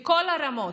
בכל הרמות.